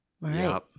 Right